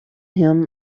him